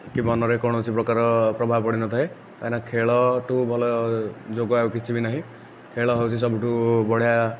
କି ମନ ରେ କୌଣସି ପ୍ରକାରର ପ୍ରଭାବ ପଡ଼ିନଥାଏ କାଇଁନା ଖେଳଠୁ ଭଲ ଯୋଗ ଆଉ କିଛି ଭି ନାହିଁ ଖେଳ ହେଉଛି ସବୁଠୁ ବଢିଆ